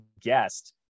guest